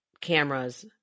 cameras